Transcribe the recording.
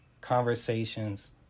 conversations